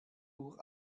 uhr